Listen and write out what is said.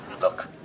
Look